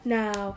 now